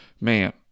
man